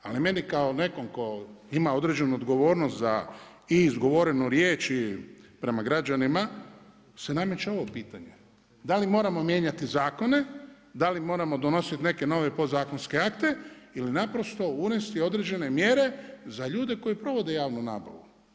Ali meni kao nekom tko ima određenu odgovornost za i izgovorenu riječ i prema građanima se nameće ovo pitanje, da li moramo mijenjati zakone, da li moramo donosit neke nove podzakonske akte ili naprosto unesti određene mjere za ljude koji provode javnu nabavu.